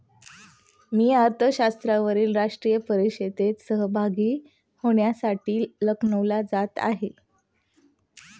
मी अर्थशास्त्रावरील राष्ट्रीय परिषदेत सहभागी होण्यासाठी लखनौला जात आहे